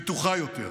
בטוחה יותר.